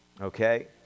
Okay